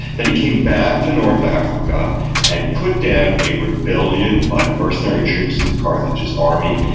then he came back to north africa and put down a rebellion by the mercenary troops in carthage's army,